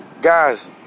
Guys